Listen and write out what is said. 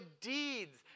deeds